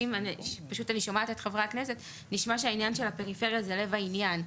פשוט שומעת את חברי הכנסת ונשמע שהעניין של הפריפריה זה לב העניין.